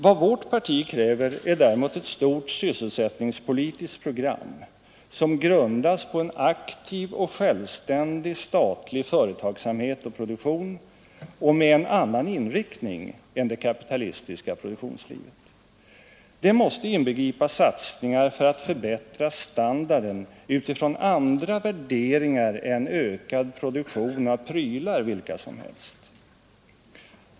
Vad vårt parti kräver är däremot ett stort sysselsättningspolitiskt program, grundat på en aktiv och självständig statlig företagsamhet och produktion och med en annorlunda inriktning än kapitalistiskt produktionsliv. Det måste inbegripa satsningar för att förbättra standarden utifrån andra värderingar än ökad produktion av prylar vilka som helst.